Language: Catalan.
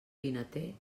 vinater